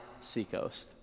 seacoast